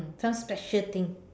some special thing